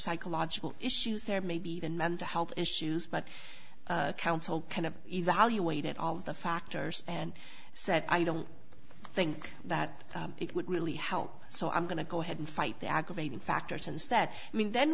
psychological issues there maybe even mental health issues but counsel kind of evaluated all of the factors and said i don't think that it would really help so i'm going to go ahead and fight the aggravating factors instead i mean then